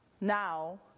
now